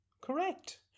Correct